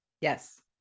yes